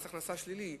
מס הכנסה שלילי,